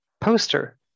poster